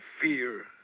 fear